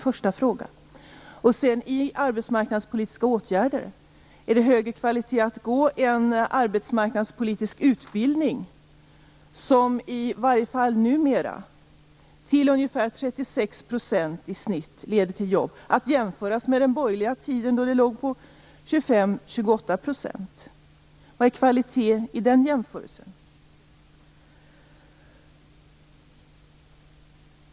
När det gäller arbetsmarknadspolitiska åtgärder: Är det högre kvalitet att gå på en arbetsmarknadspolitisk utbildning, som i alla fall numera till i genomsnitt 36 % leder till jobb, att jämföras med den borgerliga tiden då genomsnittet var 28 %? Vad är kvalitet i den jämförelsen?